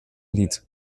lied